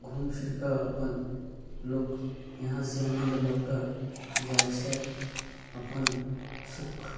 घूम फिर कऽ अपन लोक यहाँसँ आनन्द लऽ कऽ जाइ छथि अपन सुख